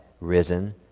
risen